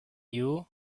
you